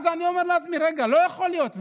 אני אומר לעצמי, לא יכול להיות.